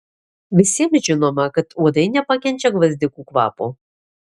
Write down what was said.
visiems žinoma kad uodai nepakenčia gvazdikų kvapo